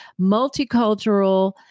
Multicultural